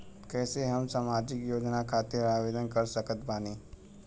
कैसे हम सामाजिक योजना खातिर आवेदन कर सकत बानी?